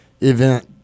event